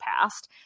past